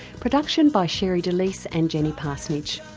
production by sherre delys and jenny parsonage.